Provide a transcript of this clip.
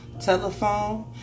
telephone